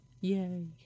Yay